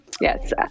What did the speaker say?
Yes